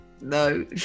No